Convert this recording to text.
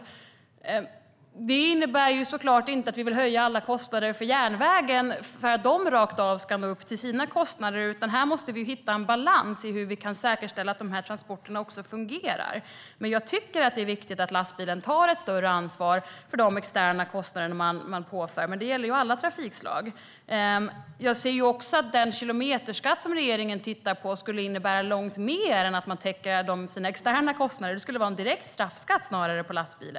Det innebär såklart inte att vi vill höja alla kostnader för järnvägen för att den ska täcka sina kostnader. Här måste man hitta en balans för hur man kan säkerställa att dessa transporter också fungerar. Jag tycker att det är viktigt att lastbilen tar ett större ansvar för de externa kostnader som den för med sig, men det gäller ju alla trafikslag. Den kilometerskatt som regeringen ser över skulle innebära långt mer än att man täcker sina externa kostnader. Det skulle snarare vara en direkt straffskatt på lastbilen.